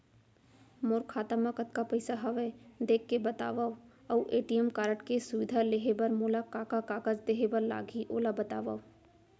मोर खाता मा कतका पइसा हवये देख के बतावव अऊ ए.टी.एम कारड के सुविधा लेहे बर मोला का का कागज देहे बर लागही ओला बतावव?